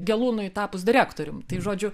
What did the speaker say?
gelūnui tapus direktorium tai žodžiu